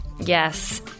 yes